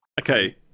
okay